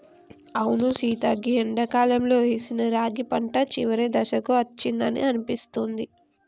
అవును సీత గీ ఎండాకాలంలో ఏసిన రాగి పంట చివరి దశకు అచ్చిందని అనిపిస్తుంది